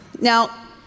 Now